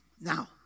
Now